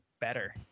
better